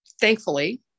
Thankfully